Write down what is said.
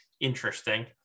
interesting